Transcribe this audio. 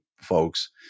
folks